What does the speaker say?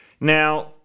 Now